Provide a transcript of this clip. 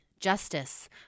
justice